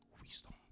Wisdom